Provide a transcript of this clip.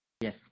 Yes